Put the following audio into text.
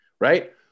right